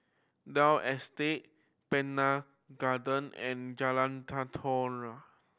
Dalvey Estate Pannan Garden and Jalan Tenteram